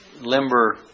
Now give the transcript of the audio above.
limber